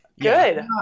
good